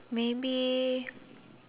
maybe